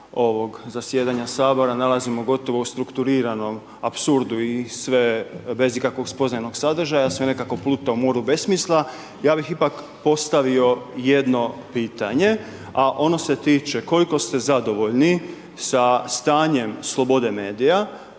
zasjedanja Sabora nalazimo gotovo u strukturiranom apsurdu i sve bez ikakvog spoznanog sadržaja, sve nekako plutamo u moru besmisla, ja bih ipak postavio jedno pitanje, a ono se tiče, koliko ste zadovoljni sa stanjem slobode medija,